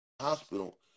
hospital